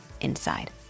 inside